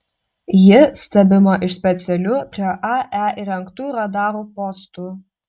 ji stebima iš specialių prie ae įrengtų radarų postų